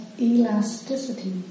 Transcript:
elasticity